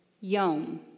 yom